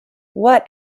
what